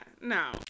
No